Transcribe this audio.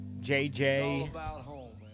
JJ